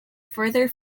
further